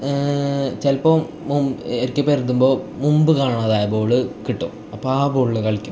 ചിലപ്പോൾ മു ഇടയ്ക്ക് പരതുമ്പോൾ മുമ്പ് കാണാതായ ബോൾ കിട്ടും അപ്പം ആ ബോളിൽ കളിക്കും